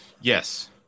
Yes